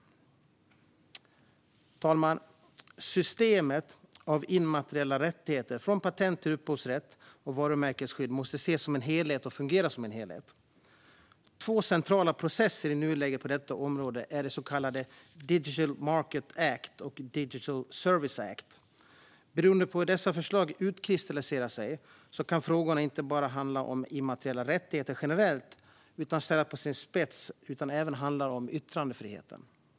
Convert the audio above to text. Fru talman! Systemet av immateriella rättigheter, från patent till upphovsrätt och varumärkesskydd, måste ses som en helhet och fungera som en helhet. Två centrala processer i nuläget på detta område är de så kallade Digital Markets Act och Digital Services Act. Beroende på hur dessa förslag utkristalliserar sig kan frågor inte bara om immateriella rättigheter generellt ställas på sin spets. Det handlar även om yttrandefriheten.